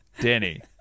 danny